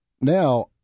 now